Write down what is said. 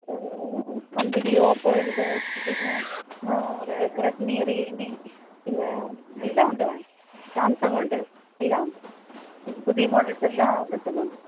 company ഓപ്പോയുണ്ട് പിന്നെ Redmi Realme പിന്നെ എല്ലാം ഉണ്ട് മാം സാംസങ്ങ് ഉണ്ട് എല്ലാം ഉണ്ട് പുതിയ മോഡല്സ്സ് എല്ലാം കിട്ടുന്നുണ്ട്